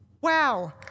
Wow